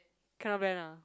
cannot blend ah